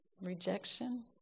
rejection